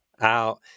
out